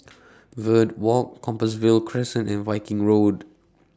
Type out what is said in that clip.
Verde Walk Compassvale Crescent and Viking Road